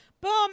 Boom